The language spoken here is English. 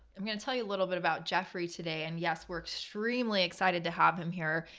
i'm going to tell you a little bit about jeffrey today, and yes, we're extremely excited to have him here.